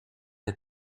het